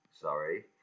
sorry